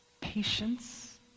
patience